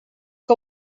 que